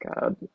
God